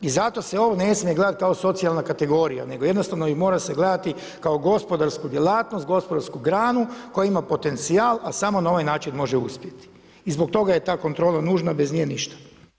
I zato se ovo ne smije gledati kao socijalna kategorija nego jednostavno se mora gledati kao gospodarsku djelatnost, gospodarsku granu koja ima potencijal a samo na ovaj način može uspjeti i zbog toga je ta kontrola nužna, bez nje ništa.